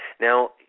now